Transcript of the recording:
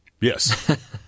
Yes